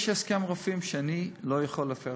יש הסכם רופאים שאני לא יכול להפר,